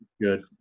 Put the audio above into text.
Good